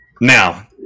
Now